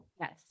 Yes